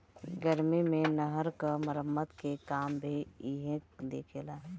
गर्मी मे नहर क मरम्मत के काम भी इहे देखेला